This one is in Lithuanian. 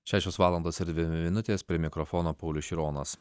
šešios valandos ir dvi minutės prie mikrofono paulius šironas